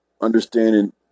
understanding